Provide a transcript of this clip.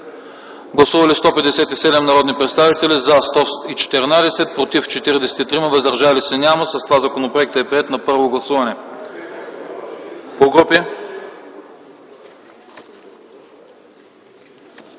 Гласували 157 народни представители: за 114, против 43, въздържали се няма. С това законопроектът е приет на първо гласуване.